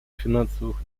финансовых